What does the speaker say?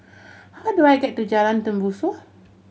how do I get to Jalan Tembusu